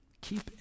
Keep